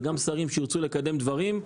גם שרים שירצו לקדם דברים,